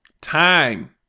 Time